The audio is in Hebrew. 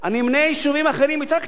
יותר קטנים: באר-שבע,